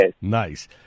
Nice